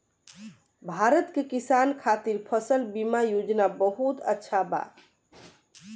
भारत के किसान खातिर फसल बीमा योजना बहुत अच्छा बा